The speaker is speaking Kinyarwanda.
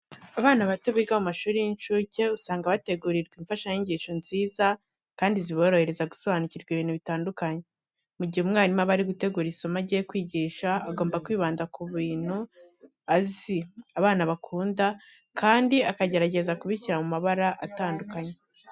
Abana bato biga mu mashuri y'incuke usanga bategurirwa imfashanyigisho nziza kandi ziborohereza gusobanukirwa ibintu bitandukanye. Mu gihe umwarimu aba ari gutegura isomo agiye kwigisha agomba kwibanda ku bintu azi abana bakunda kandi akagerageza ku bishyira mu mabara atandukanye.